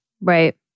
Right